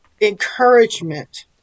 encouragement